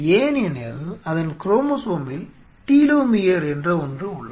ஏனெனில் அதன் குரோமோசோமில் டீலோமியர் என்ற ஒன்று உள்ளது